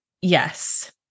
Yes